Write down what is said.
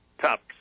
top